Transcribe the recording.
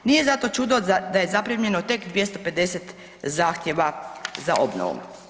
Nije za to čudo da je zaprimljeno tek 250 zahtjeva za obnovom.